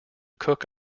cooks